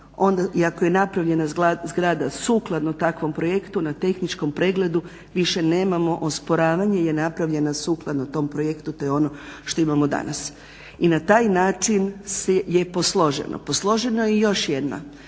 ako je napravljena zgrada sukladno takvom projektu na tehničkom pregledu više nemamo osporavanje, je napravljena sukladna tom projektu. To je ono što imamo danas i na taj način je posloženo. Posloženo je još jedna,